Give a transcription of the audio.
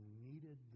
needed